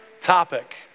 topic